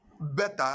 better